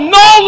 no